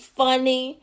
funny